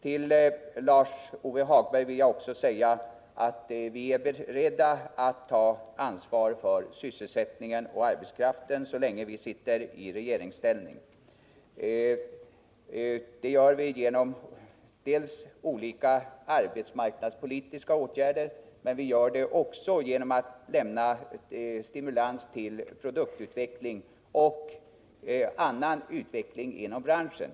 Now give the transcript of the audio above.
Till Lars-Ove Hagberg vill jag säga, att vi är beredda att ta ansvaret för sysselsättningen och arbetskraften så länge som vi sitter i regeringsställning. Det gör vi genom olika arbetsmarknadspolitiska åtgärder, men vi gör det också genom att lämna stimulans till produktutveckling och annan utveckling inom branschen.